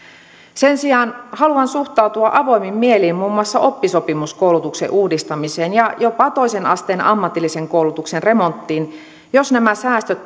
sen sijaan haluan suhtautua avoimin mielin muun muassa oppisopimuskoulutuksen uudistamiseen ja jopa toisen asteen ammatillisen koulutuksen remonttiin jos nämä säästöt